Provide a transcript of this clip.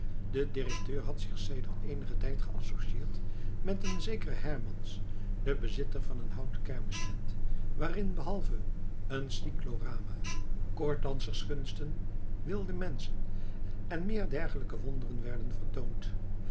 de directeur had zich sedert eenigen tijd geassocieerd met een zekeren hermans den bezitter van een houten kermistent waarin behalve een cyclorama koordedanserskunsten wilde menschen en meer dergelijke wonderen werden vertoond